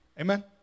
Amen